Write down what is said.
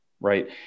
right